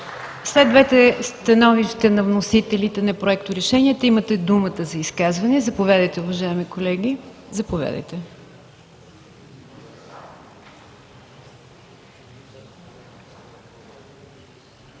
След двете становища на вносителите на проекторешенията имате думата за изказване. Заповядайте, уважаеми колеги. Имате